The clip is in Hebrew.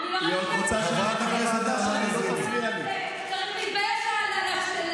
כשחושפים אותן הן רוקדות על הדם.